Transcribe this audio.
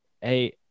hey